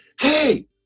Hey